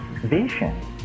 vision